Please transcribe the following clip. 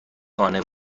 قانع